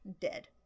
dead